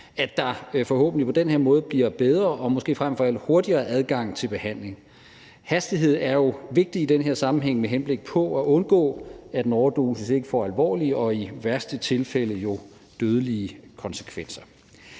at der forhåbentlig på den her måde bliver bedre og måske frem for alt hurtigere adgang til behandling. Hastighed er jo vigtigt i den her sammenhæng, med henblik på at undgå at en overdosis får alvorlige og i værste tilfælde jo dødelige konsekvenser.